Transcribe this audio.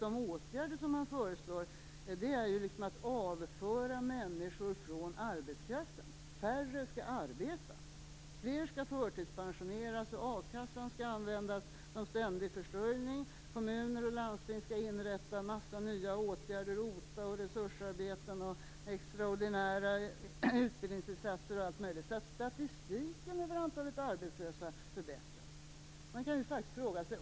De åtgärder som de föreslår handlar ju om att avföra människor från förvärvsarbete. Färre skall arbeta, fler skall förtidspensioneras, och a-kassan skall användas som ständig försörjning. Kommuner och landsting skall inrätta en mängd nya åtgärder - OTA, resursarbeten, extraordinära utbildningsinsatser och annat - så att statistiken över antalet arbetslösa förbättras.